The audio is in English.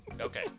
Okay